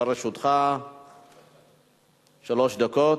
לרשותך שלוש דקות.